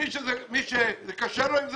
מי שקשה לו עם זה,